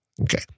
Okay